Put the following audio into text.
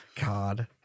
God